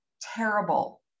terrible